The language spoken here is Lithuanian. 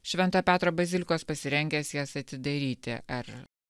švento petro bazilikos pasirengęs jas atidaryti ar